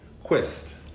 quest